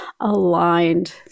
aligned